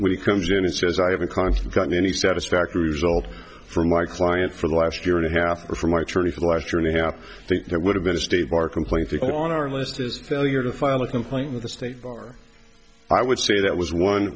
when he comes in and says i have a constant gotten any satisfactory result for my client for the last year and a half for my charity for the last year and a half think that would have been a state bar complaint that on our list is failure to file a complaint with the state i would say that was one